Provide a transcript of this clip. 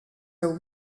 are